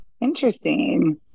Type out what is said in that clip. Interesting